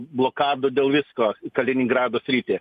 blokadų dėl visko kaliningrado sritį